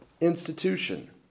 institution